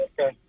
Okay